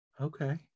Okay